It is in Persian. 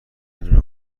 انجا